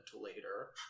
later